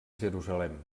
jerusalem